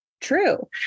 true